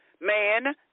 man